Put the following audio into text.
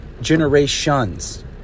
generations